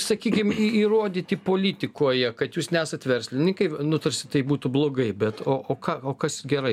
sakykim įrodyti politikoje kad jūs nesat verslininkai nu tarsi tai būtų blogai bet o o ką o kas gerai